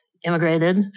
immigrated